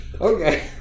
Okay